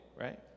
right